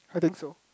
I think so